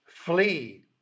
Flee